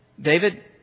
David